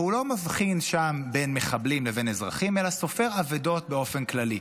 והוא לא מבחין שם בין מחבלים לבין אזרחים אלא סופר אבדות באופן כללי.